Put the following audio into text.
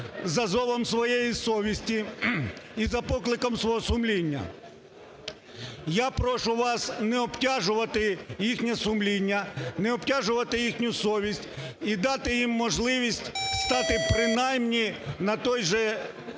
за зовом своєї совісті і за покликом свого сумління. Я прошу вас не обтяжувати їхнє сумління, не обтяжувати їхню совість і дати їм можливість стати принаймні на той